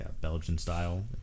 Belgian-style